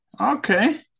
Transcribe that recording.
Okay